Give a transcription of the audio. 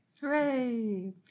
Hooray